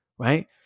Right